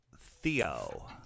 Theo